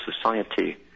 society